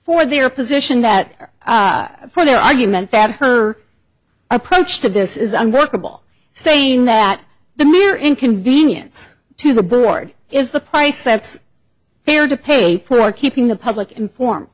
for their position that for their argument that her approach to this is unworkable saying that the mere inconvenience to the board is the price that's here to pay for keeping the public informed